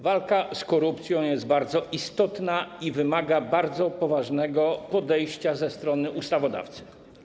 Walka z korupcją jest bardzo istotna i wymaga bardzo poważnego podejścia ze strony ustawodawcy.